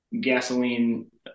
gasoline